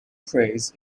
praise